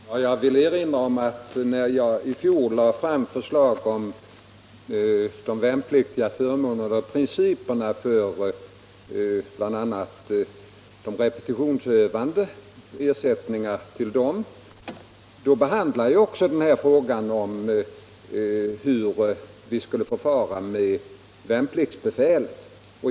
Herr talman! Jag vill erinra om att när jag i fjol lade fram förslag om de värnpliktigas förmåner och principerna för bl.a. ersättningar till de repetitionsövande behandlade jag också frågan om hur vi skall förfara med värnpliktsbefälet.